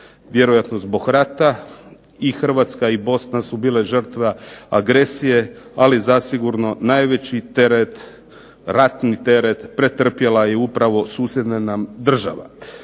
vjerojatno zbog rata i Hrvatska i Bosna su bile žrtva agresije, ali zasigurno najveći teret, ratni teret pretrpjela je upravo susjedna nam država.